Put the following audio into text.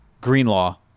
Greenlaw